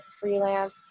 freelance